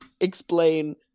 explain